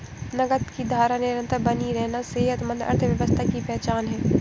नकद की धारा निरंतर बनी रहना सेहतमंद अर्थव्यवस्था की पहचान है